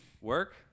Work